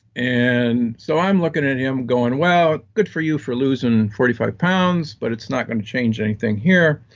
and so i'm looking at him going, well, good for you for losing forty five pounds, but it's not going to change anything here.